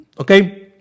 Okay